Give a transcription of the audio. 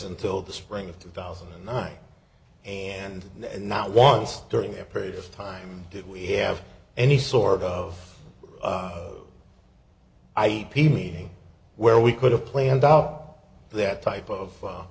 until the spring of two thousand and nine and not once during a period of time did we have any sort of i e p me where we could have planned out that type of